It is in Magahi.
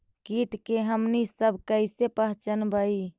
किट के हमनी सब कईसे पहचनबई?